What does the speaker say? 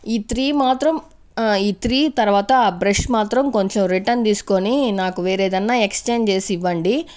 ఈ త్రీ మాత్రం ఈ త్రీ తర్వాత ఆ బ్రష్ మాత్రం కొంచెం రిటర్న్ తీసుకొని నాకు వేరేదన్నా ఎక్స్చేంజ్ చేసి ఇవ్వండి